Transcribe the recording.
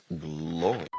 glory